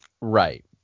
Right